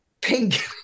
pink